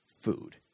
food